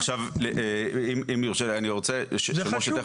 עכשיו אם יורשה לי, אני ארצה שמשה תכף ידבר.